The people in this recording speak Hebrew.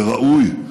זה ראוי.